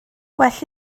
well